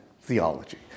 theology